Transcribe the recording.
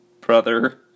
brother